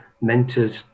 mentors